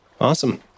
Awesome